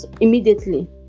immediately